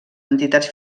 entitats